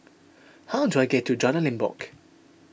how do I get to Jalan Limbok